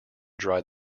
dry